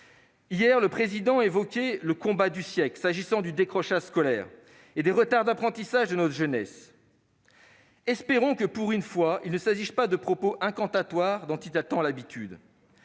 de la République évoquait le « combat du siècle » à propos du décrochage scolaire et des retards d'apprentissage de notre jeunesse. Espérons que, pour une fois, il ne s'agisse pas de ces propos incantatoires dont il a tant l'habitude,